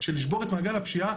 שלשבור את מעגל הפשיעה,